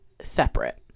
separate